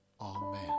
Amen